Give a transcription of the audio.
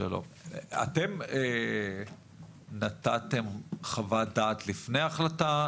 אתם נתתם חוות דעת לפני ההחלטה?